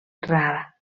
rara